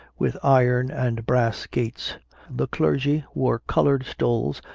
with iron and brass gates the clergy wore coloured stoles,